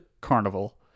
carnival